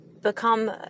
become